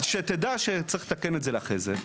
שתדע שצריך לתקן את זה לאחרי זה,